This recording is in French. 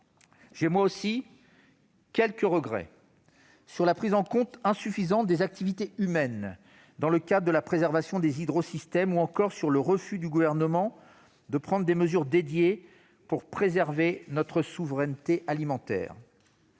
J'ai, moi aussi, quelques regrets, sur la prise en compte insuffisante des activités humaines dans le cadre de la préservation des hydrosystèmes ou encore sur le refus du Gouvernement de prendre des mesures dédiées pour préserver notre souveraineté alimentaire.